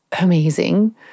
amazing